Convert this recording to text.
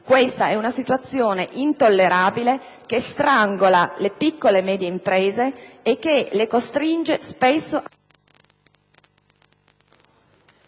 Questa è una situazione intollerabile che strangola le piccole e medie imprese e che le costringe spesso a